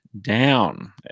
down